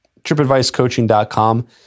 tripadvicecoaching.com